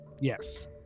Yes